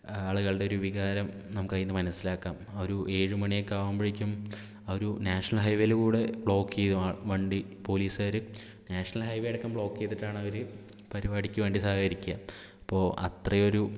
ആളുകളുടെ ഒരു വികാരം നമുക്ക് അതിന്ന് മനസിലാക്കാം ആ ഒരു ഏഴു മണിയൊക്കെ ആകുമ്പോഴേക്കും ആ ഒരു നാഷണൽ ഹൈവേയിൽ കൂടെ ബ്ലോക്ക് ചെയ്യും വണ്ടി പോലീസ്കാർ നാഷണൽ ഹൈവേ അടക്കം ബ്ലോക്ക് ചെയ്തിട്ടാണ് അവര് പരിപാടിക്ക് വേണ്ടി സഹകരിക്കുക അപ്പോൾ അത്രയും ഒരു